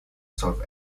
solve